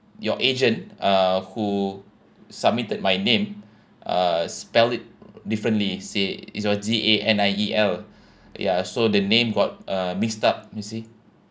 your agent uh who submitted my name uh spelled it differently say is your G A N I E L ya so the name got uh mixed up you see